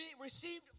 received